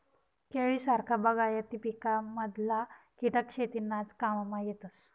केळी सारखा बागायती पिकमधला किटक शेतीनाज काममा येतस